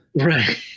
right